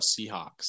Seahawks